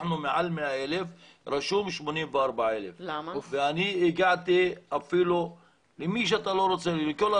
אנחנו מעל 100,000 אבל רשום 84,000. אני הגעתי לכל השרים,